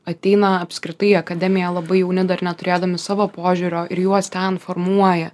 ateina apskritai į akademiją labai jauni dar neturėdami savo požiūrio ir juos ten formuoja